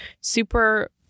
super